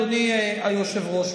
אדוני היושב-ראש,